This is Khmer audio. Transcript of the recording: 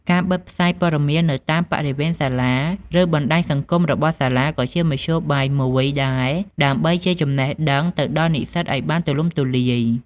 ការបិទផ្សាយព័ត៌មាននៅតាមបរិវេណសាលា ឬបណ្តាញសង្គមរបស់សាលាក៏ជាមធ្យោបាយមួយដែរដើម្បីជាចំណេះទៅដល់និស្សិតឱ្យបានទូលំទូលាយ។